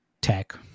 tech